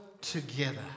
together